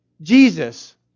Jesus